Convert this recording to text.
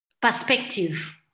perspective